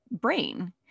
brain